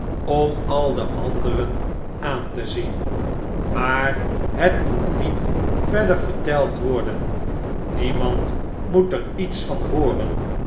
om al de anderen aan te zien maar het moet niet verder verteld worden memand moet er iets van hooren